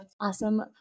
Awesome